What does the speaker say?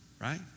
right